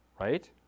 right